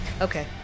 Okay